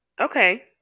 Okay